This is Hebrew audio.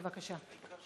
בבקשה.